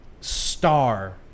star